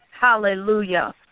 Hallelujah